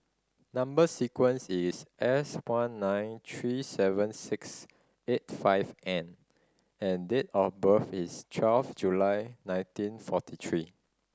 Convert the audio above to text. number sequence is S one nine three seven six eight five N and date of birth is twelve July nineteen forty three